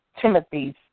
Timothy's